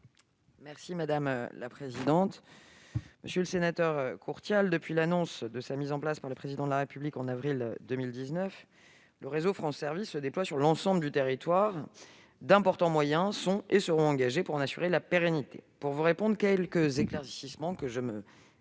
est à Mme la secrétaire d'État. Monsieur le sénateur Courtial, depuis l'annonce de sa mise en place par le Président de la République en avril 2019, le réseau France Services se déploie sur l'ensemble du territoire. D'importants moyens sont et seront engagés pour en assurer la pérennité. Pour vous répondre, je me permets de soumettre